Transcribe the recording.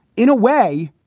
in a way,